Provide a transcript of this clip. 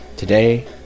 Today